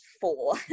four